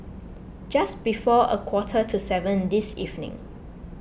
just before a quarter to seven this evening